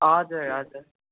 हजुर हजुर